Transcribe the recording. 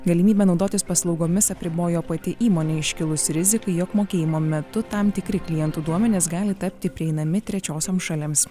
galimybę naudotis paslaugomis apribojo pati įmonė iškilus rizikai jog mokėjimo metu tam tikri klientų duomenys gali tapti prieinami trečiosioms šalims